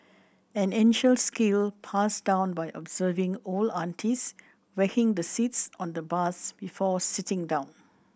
an ancient skill passed down by observing old aunties whacking the seats on the bus before sitting down